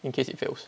in case it fails